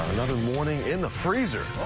another morning in the freezer.